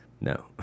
No